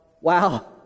Wow